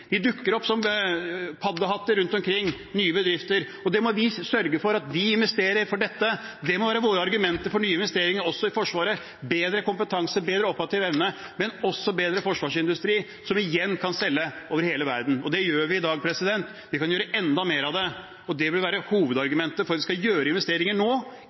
dukker opp som paddehatter rundt omkring. Da må vi sørge for at vi investerer, for dette må være våre argumenter for nye investeringer også i Forsvaret – bedre kompetanse, bedre operativ evne, men også bedre forsvarsindustri som igjen kan selge over hele verden. Det gjør vi i dag. Vi kan gjøre enda mer av det, og det bør være hovedargumentet for at vi skal gjøre investeringer nå